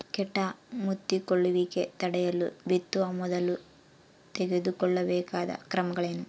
ಕೇಟ ಮುತ್ತಿಕೊಳ್ಳುವಿಕೆ ತಡೆಯಲು ಬಿತ್ತುವ ಮೊದಲು ತೆಗೆದುಕೊಳ್ಳಬೇಕಾದ ಕ್ರಮಗಳೇನು?